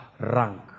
rank